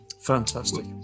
Fantastic